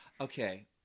Okay